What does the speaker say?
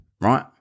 right